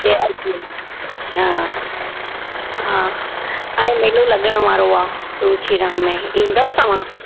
जय झूले हा हा हाणे मेलो लॻणु वारो आहे रुचि राम में ईंदव तव्हां